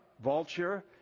vulture